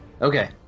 Okay